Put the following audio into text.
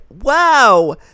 Wow